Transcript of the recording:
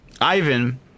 Ivan